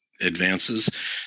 advances